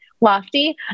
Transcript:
lofty